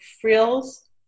frills